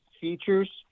features